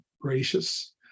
gracious